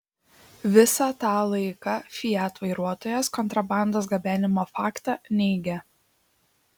visą tą laiką fiat vairuotojas kontrabandos gabenimo faktą neigė